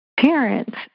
parents